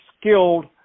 skilled